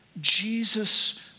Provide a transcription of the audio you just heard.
Jesus